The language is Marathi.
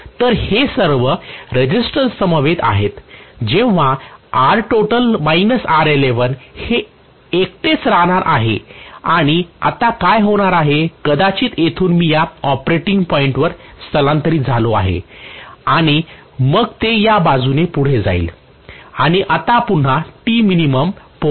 तर हे सर्व रेसिस्टन्ससमवेत आहे जेव्हा हे एकटेच राहणार आहे आणि आता काय होणार आहे कदाचित येथूनच मी या ऑपरेटिंग पॉईंटवर स्थलांतरित झालो आहे आणि मग ते या बाजूने पुढे जाईल आणि आता पुन्हा पोहोचले आहे